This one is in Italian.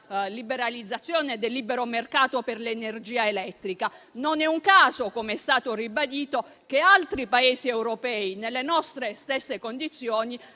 al tema del libero mercato per l’energia elettrica. Non è un caso - com’è stato ribadito - che altri Paesi europei nelle nostre stesse condizioni